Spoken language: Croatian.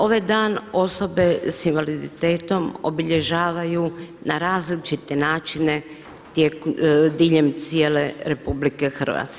Ovaj dan osobe s invaliditetom obilježavaju na različite načine diljem cijele RH.